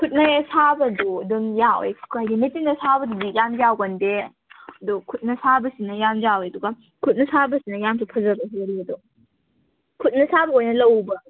ꯈꯨꯠꯅ ꯁꯥꯕꯗꯣ ꯑꯗꯨꯝ ꯌꯥꯎꯋꯤ ꯍꯥꯏꯗꯤ ꯃꯦꯆꯤꯟꯅ ꯁꯥꯕꯗꯨꯗꯤ ꯌꯥꯝ ꯌꯥꯎꯒꯟꯗꯦ ꯑꯗꯨ ꯈꯨꯠꯅ ꯁꯥꯕꯁꯤꯅ ꯌꯥꯝ ꯌꯥꯎꯋꯦ ꯑꯗꯨꯒ ꯈꯨꯠꯅ ꯁꯥꯕꯁꯤꯅ ꯌꯥꯝꯅꯁꯨ ꯐꯖꯕ ꯍꯦꯜꯂꯤ ꯑꯗꯣ ꯈꯨꯠꯅ ꯁꯥꯕ ꯑꯣꯏꯅ ꯂꯧꯕ